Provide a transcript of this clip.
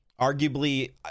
arguably